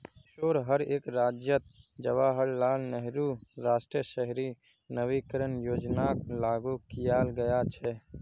देशोंर हर एक राज्यअत जवाहरलाल नेहरू राष्ट्रीय शहरी नवीकरण योजनाक लागू कियाल गया छ